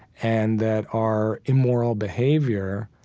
and that our immoral behavior,